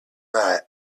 night